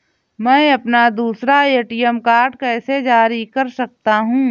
मैं अपना दूसरा ए.टी.एम कार्ड कैसे जारी कर सकता हूँ?